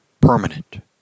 permanent